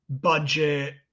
budget